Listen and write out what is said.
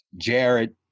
Jared